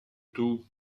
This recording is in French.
tout